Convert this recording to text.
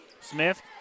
Smith